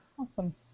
Awesome